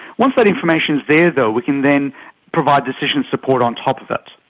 once that information is there though we can then provide decision support on top of it,